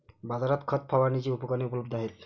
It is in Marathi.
बाजारात खत फवारणीची उपकरणे उपलब्ध आहेत